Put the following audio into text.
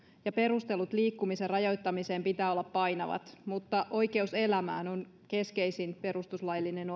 ja perustelut liikkumisen rajoittamiseen pitää olla painavat mutta oikeus elämään on keskeisin perustuslaillinen